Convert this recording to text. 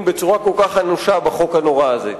בצורה כל כך אנושה בחוק הנורא הזה.